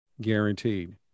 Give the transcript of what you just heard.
guaranteed